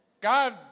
God